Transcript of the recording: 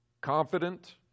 confident